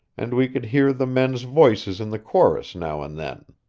and we could hear the men's voices in the chorus now and then.